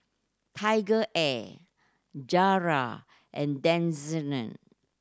TigerAir Zara and